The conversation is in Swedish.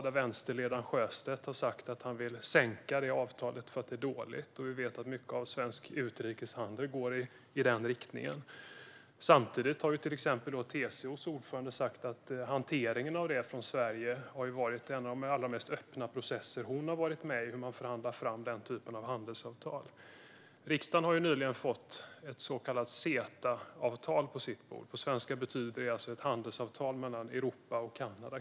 Vänsterpartiets ledare Sjöstedt har sagt att han vill sänka det avtalet, eftersom det är dåligt, samtidigt som vi vet att mycket av svensk utrikeshandel går i den riktningen. Samtidigt har till exempel TCO:s ordförande sagt att hanteringen av detta från Sveriges sida har varit en av de allra mest öppna processer hon har varit med om när det gäller att förhandla fram den typen av handelsavtal. Riksdagen har nyligen fått ett så kallat CETA-avtal på sitt bord, alltså ett handelsavtal mellan Europa och Kanada.